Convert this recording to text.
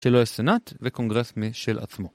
כאילו יש סנאט וקונגרס משל עצמו.